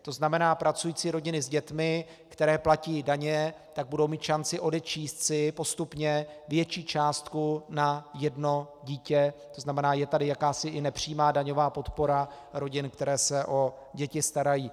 To znamená, pracující rodiny s dětmi, které platí daně, budou mít šanci odečíst si postupně větší částku na jedno dítě, tedy je tady i jakási nepřímá daňová podpora rodin, které se o děti starají.